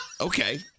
Okay